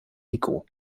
rico